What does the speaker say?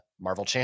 Marvel